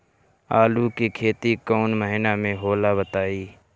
आलू के खेती कौन महीना में होला बताई?